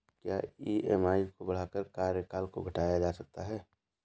क्या ई.एम.आई को बढ़ाकर कार्यकाल को घटाया जा सकता है?